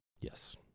Yes